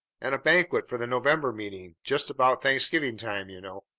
and a banquet for the november meeting, just about thanksgiving time, you know.